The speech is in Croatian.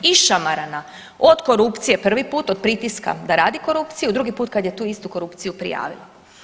Išamarana, od korupcije prvi put, od pritiska da radi korupciju, drugi put kad je tu istu korupciju prijavila.